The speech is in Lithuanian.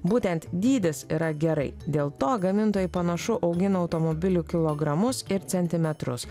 būtent dydis yra gerai dėl to gamintojai panašu augino automobilių kilogramus ir centimetrus